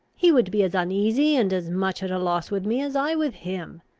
he would be as uneasy and as much at a loss with me, as i with him.